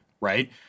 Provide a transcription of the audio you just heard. right